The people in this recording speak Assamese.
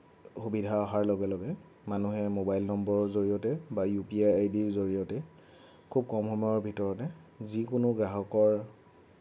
সুবিধা অহাৰ লগে লগে মানুহে মোবাইল নম্বৰৰ জৰিয়তে বা ইউ পি আই আইডিৰ জৰিয়তে খুব কম সময়ৰ ভিতৰতে যিকোনো গ্ৰাহকৰ